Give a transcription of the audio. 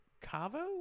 Cavo